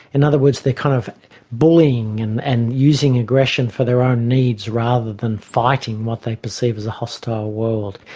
in other words they're kind of bullying and and using aggression for their own needs rather than fighting what they perceive as a hostile world.